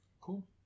Cool